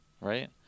right